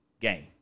game